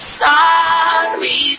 sorry